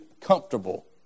comfortable